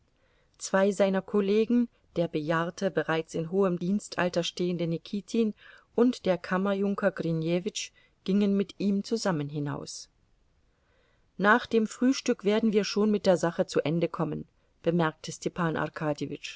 zwei seiner kollegen der bejahrte bereits in hohem dienstalter stehende nikitin und der kammerjunker grinjewitsch gingen mit ihm zusammen hinaus nach dem frühstück werden wir schon mit der sache zu ende kommen bemerkte stepan